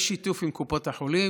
בשיתוף עם קופות החולים.